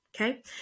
Okay